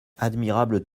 admirable